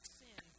sin